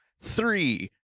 three